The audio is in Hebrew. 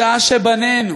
בשעה שבנינו,